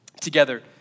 together